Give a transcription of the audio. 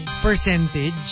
percentage